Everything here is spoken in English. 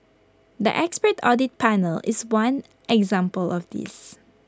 the expert audit panel is one example of this